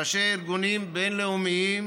ראשי ארגונים בין-לאומיים,